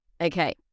Okay